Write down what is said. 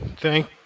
thank